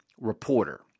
reporter